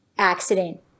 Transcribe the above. accident